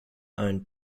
own